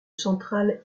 centrale